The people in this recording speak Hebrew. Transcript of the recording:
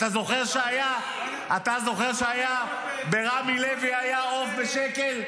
אתה זוכר שהיה ברמי לוי עוף בשקל,